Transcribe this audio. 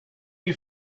you